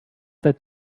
that